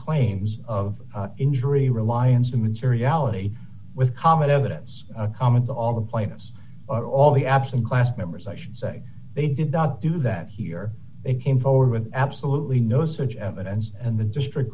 claims of injury reliance the materiality with common evidence common to all the plaintiffs all the absent class members i should say they did not do that here they came forward with absolutely no such evidence and the district